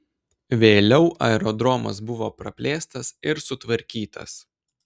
vėliau aerodromas buvo praplėstas ir sutvarkytas